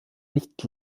nicht